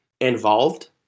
involved